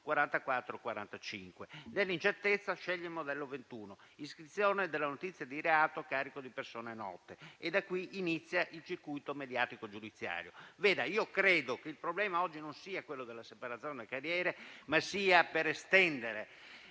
45 e, nell'incertezza, sceglie il modello 21: iscrizione della notizia di reato a carico di persone note. Da qui inizia il circuito mediatico-giudiziario. Credo che il problema oggi non sia quello della separazione delle carriere, ma sia estendere